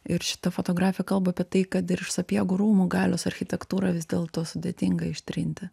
ir šita fotografija kalba apie tai kad sapiegų rūmų galios architektūrą vis dėlto sudėtinga ištrinti